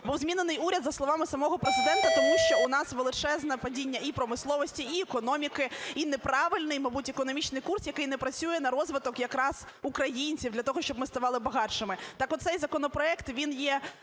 Був змінений уряд, за словами самого Президента, тому що у нас величезне падіння і промисловості, і економіки, і неправильний, мабуть, економічний курс, який не працює на розвиток якраз українців, для того, щоб ми ставали багатшими. Так от, цей законопроект є